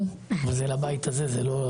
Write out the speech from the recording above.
עלייה של פי 7.7 מהתלונות